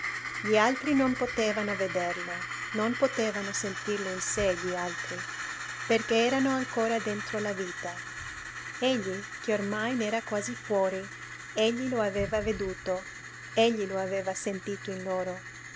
gli altri non potevano vederlo non potevano sentirlo in sé gli altri perché erano ancora dentro la vita egli che ormai n'era quasi fuori egli lo aveva veduto egli lo aveva sentito in loro